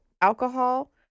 alcohol